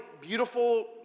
beautiful